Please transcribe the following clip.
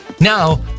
Now